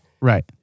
Right